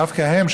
דווקא הן,